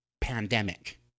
pandemic